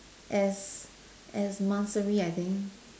as as monthsary I think